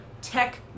tech